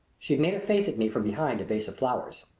she made a face at me from behind a vase of flowers.